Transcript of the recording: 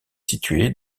situé